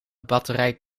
batterij